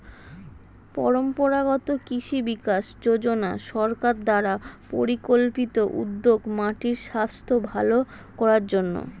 পরম্পরাগত কৃষি বিকাশ যোজনা সরকার দ্বারা পরিকল্পিত উদ্যোগ মাটির স্বাস্থ্য ভাল করার জন্যে